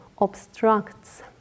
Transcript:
obstructs